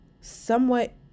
somewhat